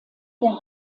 der